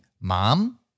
mom